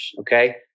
Okay